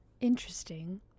interesting